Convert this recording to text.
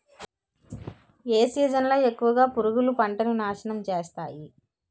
ఏ season లో ఎక్కువుగా పురుగులు పంటను నాశనం చేస్తాయి?